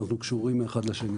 ואנחנו קשורים זה לזה.